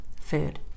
food